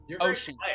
ocean